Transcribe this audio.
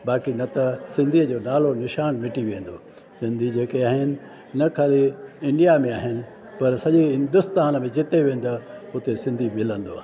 बाक़ी न त सिंधीअ जो नालो निशान मिटी वेंदो सिंधी जेके आहिनि न खाली इंडिया में आहिनि पर सॼे हिंदुस्तान में जिते बि वेंदो हुते सिंधी मिलंदव